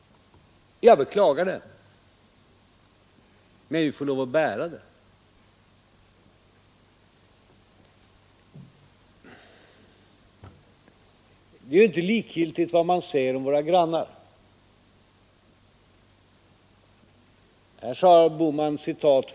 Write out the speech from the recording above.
Jag beklagar det, men vi får lov att bära det. Vad vi säger om våra grannar är inte likgiltigt.